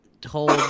Told